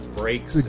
breaks